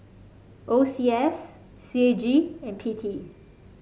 O C S C A G and P T